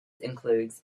includes